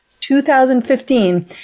2015